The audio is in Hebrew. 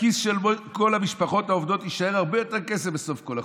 בכיס של כל המשפחות העובדות יישאר הרבה יותר כסף בסוף כל חודש.